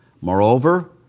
Moreover